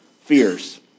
fears